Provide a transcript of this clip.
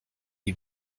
die